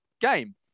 game